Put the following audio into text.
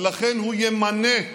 ולכן הוא ימנה 300,